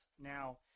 Now